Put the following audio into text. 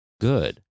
good